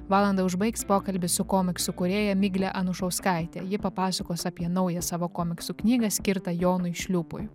valandą užbaigs pokalbis su komiksų kūrėja migle anušauskaite ji papasakos apie naują savo komiksų knygą skirtą jonui šliūpui